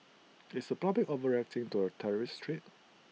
is the public overreacting to A terrorist threat